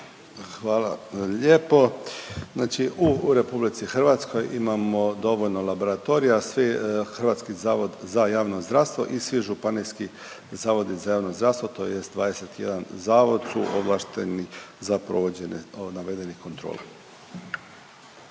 Hvala lijepo. Znači u RH imamo dovoljno laboratorija, svi Hrvatski zavod za javno zdravstvo i svi županijski Zavodi za javno zdravstvo tj. 21 zavod su ovlašteni za provođenje navedenih kontrola.